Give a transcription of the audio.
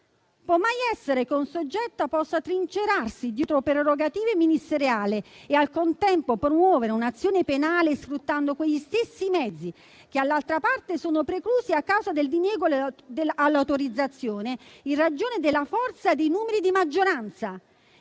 Può mai essere che un soggetto si trinceri dietro prerogative ministeriali e, al contempo, promuova un'azione penale sfruttando quegli stessi mezzi che all'altra parte sono preclusi, a causa del diniego all'autorizzazione, in ragione della forza dei numeri di maggioranza?